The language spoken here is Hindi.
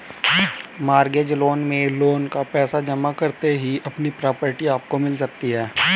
मॉर्गेज लोन में लोन का पैसा जमा करते ही अपनी प्रॉपर्टी आपको मिल सकती है